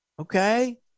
Okay